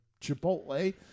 Chipotle